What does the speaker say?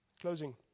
Closing